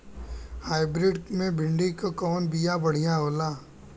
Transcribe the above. Hybrid मे भिंडी क कवन बिया बढ़ियां होला?